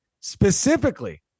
specifically